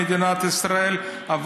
יש בהחלט בתי משפט ויש שופטים במדינת ישראל,